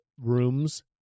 rooms